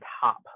top